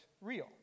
real